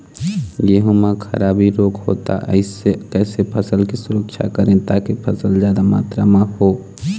गेहूं म खराबी रोग होता इससे कैसे फसल की सुरक्षा करें ताकि फसल जादा मात्रा म हो?